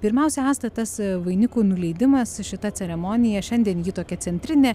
pirmiausia asta tas vainikų nuleidimas šita ceremonija šiandien ji tokia centrinė